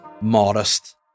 Modest